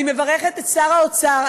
אני מברכת את שר האוצר.